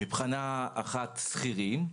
אוכלוסייה אחת היא שכירים,